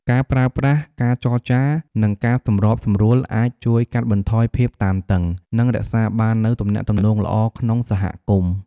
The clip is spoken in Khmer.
ការប្រើប្រាស់ការចរចា និងការសម្របសម្រួលអាច ជួយកាត់បន្ថយភាពតានតឹង និង រក្សាបាននូវទំនាក់ទំនងល្អក្នុងសហគមន៍។